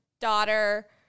daughter